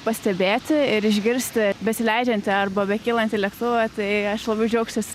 pastebėti ir išgirsti besileidžiantį arba bekylantį lėktuvą tai aš labai džiaugsiuos